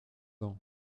ans